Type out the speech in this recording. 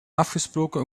afgesproken